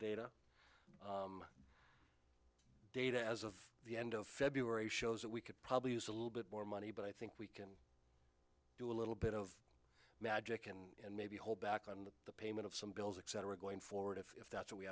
data data as of the end of february shows that we could probably use a little bit more money but i think we can do a little bit of magic and maybe hold back on the payment of some bills etc going forward if that's what we